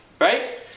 right